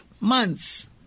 months